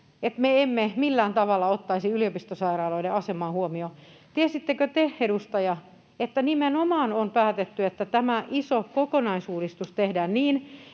että me emme millään tavalla ottaisi yliopistosairaaloiden asemaa huomioon. Tiesittekö te, edustaja, että nimenomaan on päätetty, että tämä iso kokonaisuudistus tehdään niin,